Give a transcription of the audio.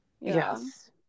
yes